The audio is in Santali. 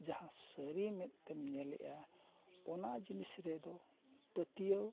ᱡᱟᱦᱟᱸ ᱥᱟᱹᱨᱤ ᱢᱮᱫ ᱛᱮᱢ ᱧᱮᱞᱮᱜᱼᱟ ᱚᱱᱟ ᱡᱤᱱᱤᱥ ᱨᱮᱫᱚ ᱯᱟᱹᱛᱭᱟᱹᱣ